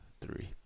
three